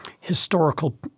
historical